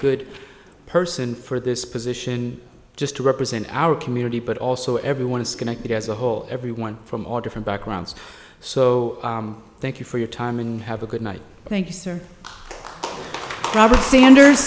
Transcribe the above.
good person for this position just to represent our community but also everyone is connected as a whole everyone from all different backgrounds so thank you for your time and have a good night thank you sir robert sanders